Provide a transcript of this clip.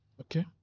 Okay